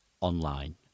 Online